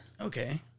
Okay